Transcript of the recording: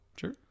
Sure